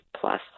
plus